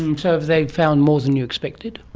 um so have they found more than you expected?